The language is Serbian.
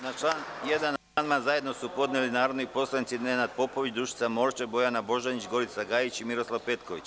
Na član 1. amandman su zajedno podneli narodni poslanici Nenad Popović, Dušica Morčev, Bojana Božanić, Gorica Gajić i Miroslav Petković.